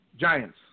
Giants